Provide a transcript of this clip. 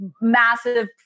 massive